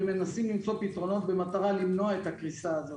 ומנסים למצוא פתרונות במטרה למנוע את הקריסה הזאת.